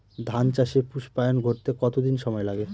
ধান চাষে পুস্পায়ন ঘটতে কতো দিন সময় লাগে?